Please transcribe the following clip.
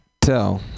tell